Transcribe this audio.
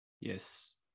yes